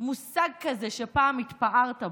מושג כזה שפעם התפארת בו.